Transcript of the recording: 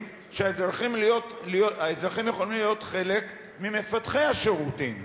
שהאזרחים יכולים להיות חלק ממפתחי השירותים.